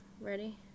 Ready